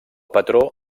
patró